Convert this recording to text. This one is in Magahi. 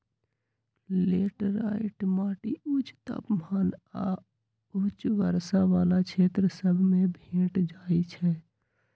लेटराइट माटि उच्च तापमान आऽ उच्च वर्षा वला क्षेत्र सभ में भेंट जाइ छै